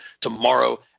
tomorrow